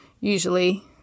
usually